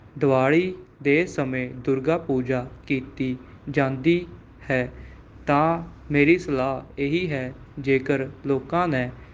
ਦੀਵਾਲੀ ਦੇ ਸਮੇਂ ਦੁਰਗਾ ਪੂਜਾ ਕੀਤੀ ਜਾਂਦੀ ਹੈ ਤਾਂ ਮੇਰੀ ਸਲਾਹ ਇਹੀ ਹੈ ਜੇਕਰ ਲੋਕਾਂ ਨੇ